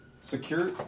secure